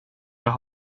jag